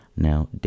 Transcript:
Now